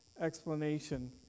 explanation